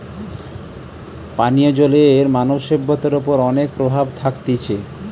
পানীয় জলের মানব সভ্যতার ওপর অনেক প্রভাব থাকতিছে